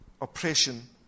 oppression